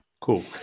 Cool